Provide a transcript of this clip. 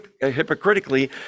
hypocritically